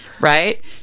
Right